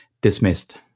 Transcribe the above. dismissed